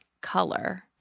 color